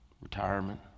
retirement